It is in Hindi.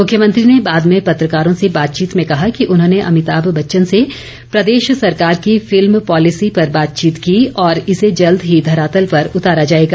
मुख्यमंत्री ने बाद में पत्रकारों से बातचीत में कहा कि उन्होंने अभिताभ बच्चन से प्रदेश सरकार की फिल्म पॉलिसी पर बातचीत की और इसे जल्द ही धरातल पर उतारा जाएगा